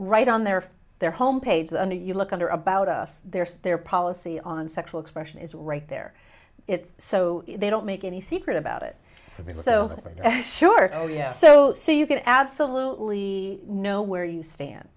right on there for their home pages and you look under about us their policy on sexual expression is right there it so they don't make any secret about it so sure oh yes so so you can absolutely know where you stand